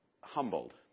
humbled